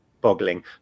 boggling